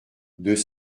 deux